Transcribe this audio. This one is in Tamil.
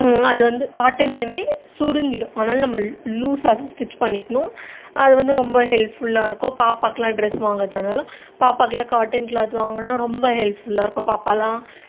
அது வந்து காட்டன்னாகவே சுருங்கிவிடும் அதனால் நம்ம லூ லூசாக அதை ஸ்ட்ரிட்ச் பண்ணிக்கணும் அது வந்து ரொம்ப ஹெல்ப்ஃபுல்லாக இருக்கும் பாப்பாக்கெல்லாம் ட்ரெஸ் வாங்கிறதா இருந்தாலும் பாப்பாக்கெல்லாம் காட்டன் க்ளாத் வாங்கணுன்னால் ரொம்ப ஹெல்ப்ஃபுல்லாக இருக்கும் பாப்பாவெலாம்